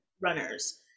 runners